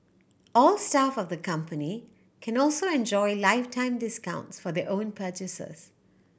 all staff of the company can also enjoy lifetime discounts for their own purchases